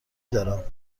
دارم